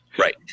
Right